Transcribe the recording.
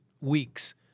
weeks